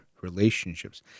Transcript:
relationships